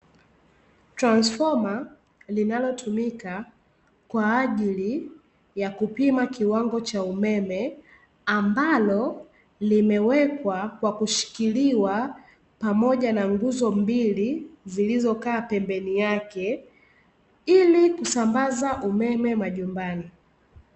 Transfoma linalotumika kwaajili ya kupima kiwango cha umeme, ambalo limewekwa kwa kushikiliwa pamoja na nguzo mbili zilizokaa pembeni yake ili kusambaza umeme majumbani.